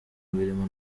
birimo